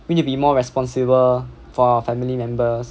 we need be more responsible for our family members